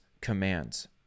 commands